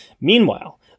Meanwhile